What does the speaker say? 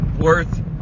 worth